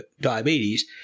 diabetes